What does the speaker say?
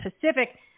Pacific